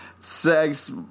sex